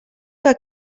que